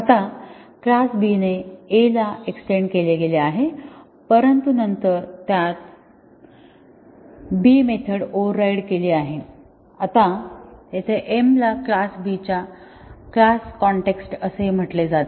आता class B ने A ला एक्सटेन्ड केले आहे परंतु नंतर त्यात B मेथड ओव्हरराइड केली आहे आता येथे m ला क्लास B च्या क्लास कॉन्टेक्सट असे म्हटले जाते